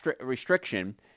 restriction